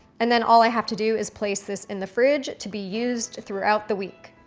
and then all i have to do is place this in the fridge to be used throughout the week.